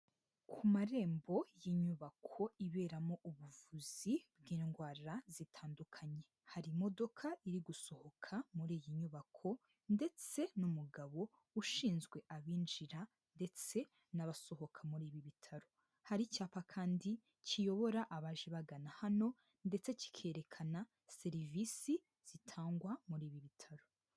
Ku marembo y'inyubako iberamo ubuvuzi bw'indwara zitandukanye. Hari imodoka iri gusohoka muri iyi nyubako ndetse n'umugabo ushinzwe abinjira ndetse n'abasohoka muri ibi bitaro. Hari icyapa kandi kiyobora abaje bagana hano ndetse kikerekana serivisi zitangwa muri ibi bitaro.